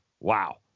Wow